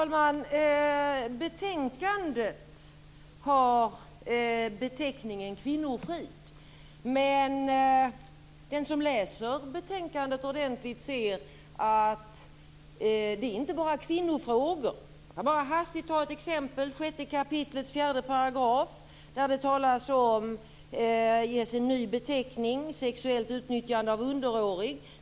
Fru talman! Betänkandet har rubriken Kvinnofrid. Men den som läser betänkandet ordentligt ser att det inte bara tar upp kvinnofrågor. Jag kan bara hastigt ta ett exempel: 6 kap. 4 § där det talas om att det skall ges en ny beteckning, sexuellt utnyttjande av underårig.